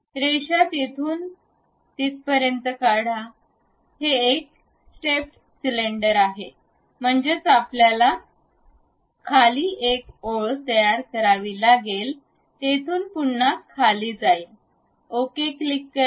रेषा तिथून तिथे काढा हे एक स्टेप्ड सिलेंडर आहे म्हणजेच आपल्याला खाली एक ओळ तयार करावी लागेल तेथून पुन्हा खाली जाईल ओके क्लिक करा